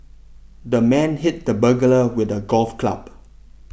the man hit the burglar with a golf club